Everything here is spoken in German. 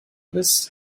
bist